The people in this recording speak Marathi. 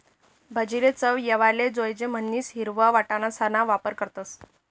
भाजीले चव येवाले जोयजे म्हणीसन हिरवा वटाणासणा वापर करतस